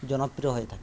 জনপ্রিয় হয়ে থাকে